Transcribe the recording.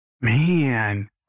man